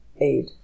aid